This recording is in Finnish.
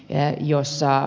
ja joissa